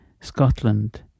Scotland